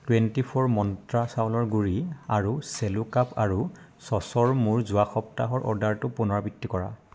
twenty four মন্ত্ৰা চাউলৰ গুড়ি আৰু চেলো কাপ আৰু চ'চৰ মোৰ যোৱা সপ্তাহৰ অৰ্ডাৰটোৰ পুনৰাবৃত্তি কৰা